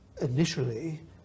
initially